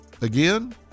Again